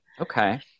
Okay